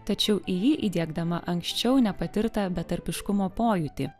tačiau į jį įdiegdama anksčiau nepatirtą betarpiškumo pojūtį